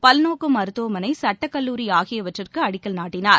பல்நோக்கு மருத்தவமனை சட்டக்கல்லூரி ஆகியவற்றுக்கு அடிக்கல் நாட்டினார்